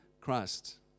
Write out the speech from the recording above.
Christ